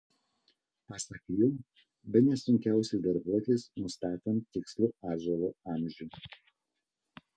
pasak jo bene sunkiausia darbuotis nustatant tikslų ąžuolo amžių